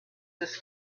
this